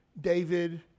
David